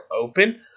open